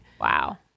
wow